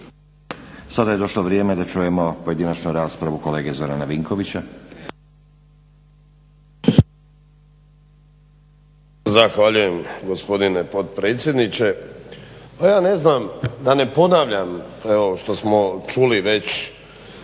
Sada je došlo vrijeme da čujemo pojedinačnu raspravu kolege Zorana Vinkovića. **Vinković, Zoran (HDSSB)** Zahvaljujem gospodine potpredsjedniče. Pa ja ne znam da ne ponavljam što smo čuli već